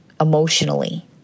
emotionally